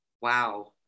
wow